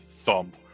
thump